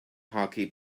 hockey